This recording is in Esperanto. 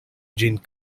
ĝin